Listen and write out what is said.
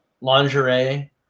lingerie